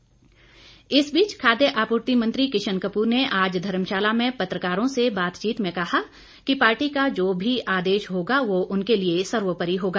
किशन कपूर इस बीच खाद्य आपूर्ति मंत्री किशन कपूर ने आज धर्मशाला में पत्रकारों से बातचीत में कहा कि पार्टी का जो भी आदेश होगा वह उनके लिए सर्वोपरि होगा